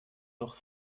doch